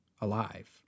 alive